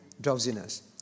drowsiness